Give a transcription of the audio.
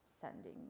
sending